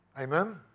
Amen